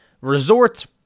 resort